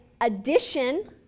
addition